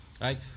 right